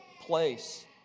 place